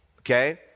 okay